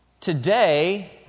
Today